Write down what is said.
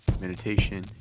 meditation